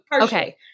okay